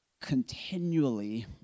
continually